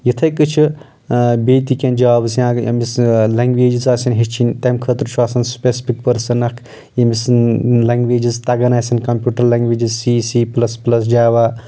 یِتھٕے کٔنۍ چھِ بیٚیہِ تہِ کینٛہہ جابٕس یا اگر ییٚمِس لیٚنٛگویجٕس آسن ہیٚچھِنۍ تمہِ خٲطرٕ چھُ آسان سپیسفِک پٔرسن اکھ ییٚمِس یِم لیٚنٛگویجس تگان آسن کمپیوٗٹر لیٚنٛگویجس سی سی پٕلس پٕلس جاوا